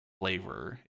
flavor